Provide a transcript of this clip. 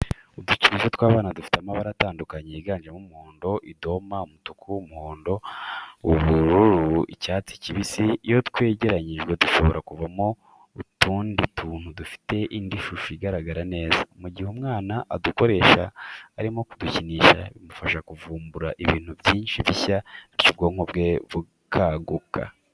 Udukinisho tw'abana dufite amabara atandukanye yiganjemo umuhondo, idoma, umutuku, umuhondo, ubururu, icyatsi kibisi, iyo twegeranyijwe dushobora kuvamo utundi tuntu dufite indi shusho igaragara neza, mu gihe umwana adukoresha arimo kudukinisha bimufasha kuvumbura ibindi bintu bishya bityo ubwonko bwe bukaguka.